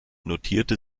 notierte